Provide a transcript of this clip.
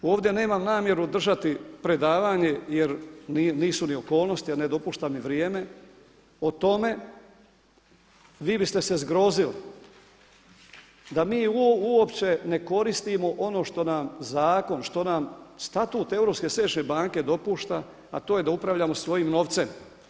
Ovdje nemam namjeru držati predavanje jer nisu ni okolnosti, a ne dopušta mi vrijeme o tome vi biste se zgrozio, da mi uopće ne koristimo ono što nam zakon, što nam Statut Europske središnje banke dopušta a to je da upravljamo svojim novcem.